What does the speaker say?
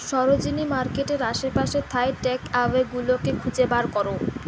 সরোজিনী মার্কেটের আশেপাশে থাই টেকঅ্যাওয়েগুলো খুঁজে বার করো